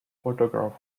photograph